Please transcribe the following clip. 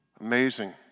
Amazing